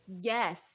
Yes